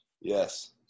Yes